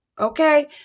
Okay